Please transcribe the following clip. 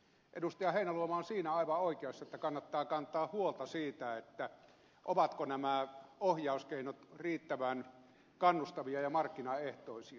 heinäluoma on siinä aivan oikeassa että kannattaa kantaa huolta siitä ovatko nämä ohjauskeinot riittävän kannustavia ja markkinaehtoisia